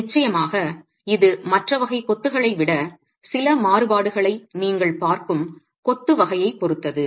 நிச்சயமாக இது மற்ற வகை கொத்துகளை விட சில மாறுபாடுகளை நீங்கள் பார்க்கும் கொத்து வகையைப் பொறுத்தது